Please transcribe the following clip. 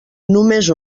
només